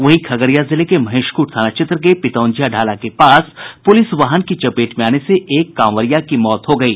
वहीं खगड़िया जिले के महेशखूंट थाना क्षेत्र के पितौंझिया ढ़ाला के पास पुलिस वाहन की चपेट में आने से एक कांवरिया की मौत हो गयी